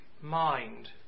mind